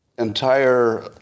entire